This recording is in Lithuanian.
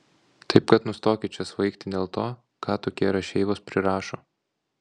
taip kad nustokit čia svaigti dėl to ką tokie rašeivos prirašo